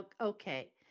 Okay